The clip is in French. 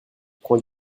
prends